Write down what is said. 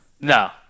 No